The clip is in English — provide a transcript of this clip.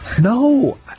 No